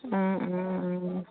অঁ অঁ অঁ